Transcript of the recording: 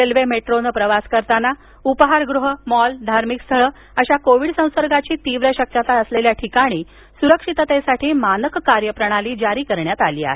railway मेट्रोने प्रवास करताना उपाहारगृह मॉल धार्मिक स्थळ अशा कोविड संसर्गाची तीव्र शक्यता असलेल्या ठिकाणी सुरक्षिततेसाठी मानक कार्यप्रणाली जारी करण्यात आली आहे